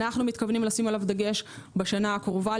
אנו מתכוונים לשים עליו דגש בשנה הקרובה,